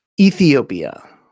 Ethiopia